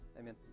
Amen